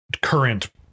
current